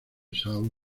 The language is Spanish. são